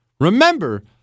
Remember